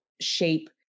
shape